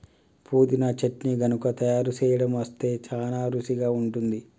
పుదీనా చట్నీ గనుక తయారు సేయడం అస్తే సానా రుచిగా ఉంటుంది